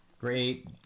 great